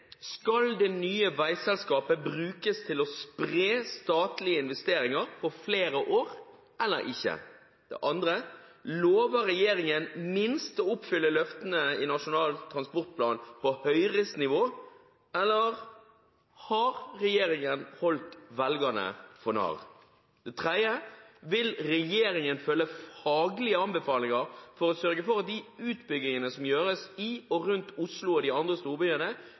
Skal det nye veiselskapet brukes til å spre statlige investeringer over flere år, eller ikke? Det andre er: Lover regjeringen minst å oppfylle løftene i Nasjonal transportplan på Høyres nivå, eller har regjeringen holdt velgerne for narr? Det tredje er: Vil regjeringen følge faglige anbefalinger for å sørge for at de utbyggingene som gjøres i og rundt Oslo og de andre storbyene,